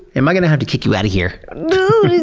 am i gonna have to kick you out of here? lulu is